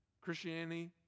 Christianity